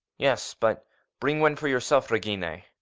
yes, but bring one for yourself, regina.